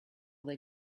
they